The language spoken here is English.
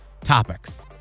topics